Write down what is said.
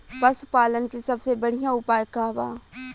पशु पालन के सबसे बढ़ियां उपाय का बा?